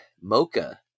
mocha